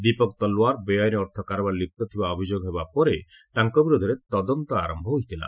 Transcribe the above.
ଦୀପକ ତଲଓ୍ୱାର ବେଆଇନ ଅର୍ଥ କାରବାରରେ ଲିପ୍ତ ଥିବା ଅଭିଯୋଗ ହେବା ପରେ ତାଙ୍କ ବିରୋଧରେ ତଦନ୍ତ ଆରମ୍ଭ ହୋଇଥିଲା